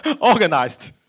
Organized